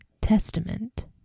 Testament